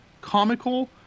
comical